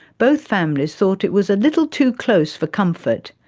both families thought it was a little too close for comfort,